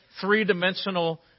three-dimensional